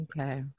okay